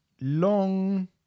long